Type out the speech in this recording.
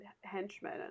henchmen